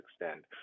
extend